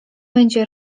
będzie